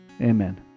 Amen